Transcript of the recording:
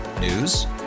News